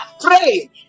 pray